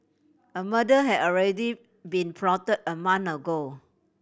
a murder had already been plotted a month ago